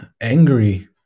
angry